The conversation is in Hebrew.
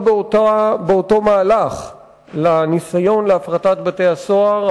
באותו מהלך לניסיון להפריט את בתי-הסוהר,